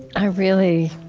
i really,